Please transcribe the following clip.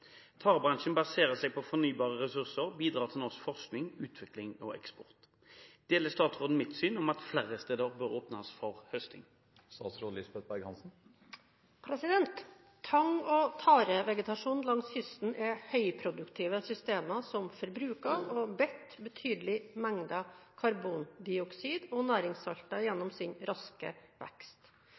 Tarebransjen baserer seg på fornybare ressurser, bidrar til norsk forskning, utvikling og eksport. Deler statsråden mitt syn om at flere steder bør åpnes for høsting?» Tang- og tarevegetasjonen langs kysten er høyproduktive systemer som forbruker og binder betydelige mengder karbondioksid og næringssalter gjennom sin raske vekst.